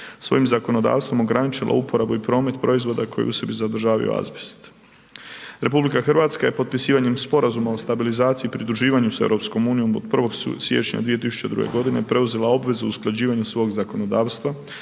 svojim zakonodavstvom ograničila uporabu i promet proizvoda koji u sebi sadržavaju azbest. RH je potpisivanjem Sporazuma o stabilizaciji i pridruživanju s EU od 1. siječnja 2002. godine preuzela obvezu usklađivanja svog zakonodavstva